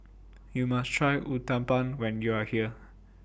YOU must Try Uthapam when YOU Are here